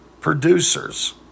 producers